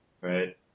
right